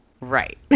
Right